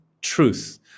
truth